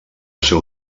seu